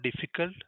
difficult